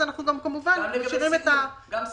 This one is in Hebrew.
אז אנחנו כמובן נשלם --- גם סיעוד.